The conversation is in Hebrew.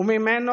וממנו,